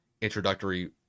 introductory